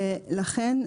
לכן,